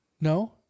no